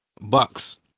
Bucks